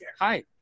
Hi